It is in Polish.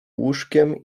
łóżkiem